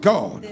God